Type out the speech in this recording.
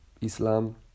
Islam